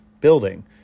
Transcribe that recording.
building